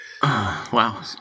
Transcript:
Wow